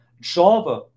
java